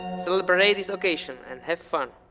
celebrate this occasion and have fun.